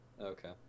Okay